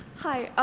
hi,